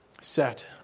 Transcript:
set